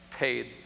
Paid